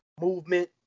movement